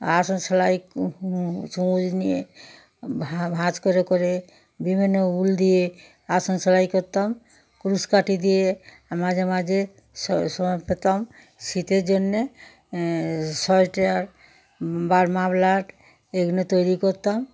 আসন সেলাই সূচ নিয়ে ভা ভাঁজ করে করে বিভিন্ন উল দিয়ে আসন সেলাই করতাম কুরুশ কাঠি দিয়ে মাঝে মাঝে স সময় পেতাম শীতের জন্যে সোয়েটার বা মাফলার এগুলো তৈরি করতাম